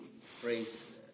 phrase